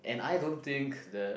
and I don't think the